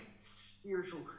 spiritual